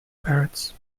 parrots